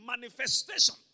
manifestation